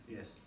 Yes